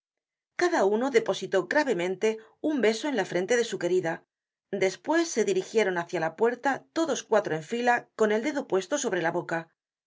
cada uno depositó gravemente un beso en la frente de su querida despues se dirigieron hácia la puerta todos cuatro en fila con el dedo puesto sobre la boca